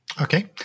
Okay